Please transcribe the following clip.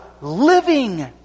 living